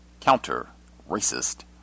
counter-racist